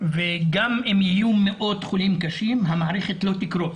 וגם אם יהיו מאות חולים קשים המערכת לא תקרוס.